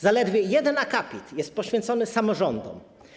Zaledwie jeden akapit jest poświęcony samorządom.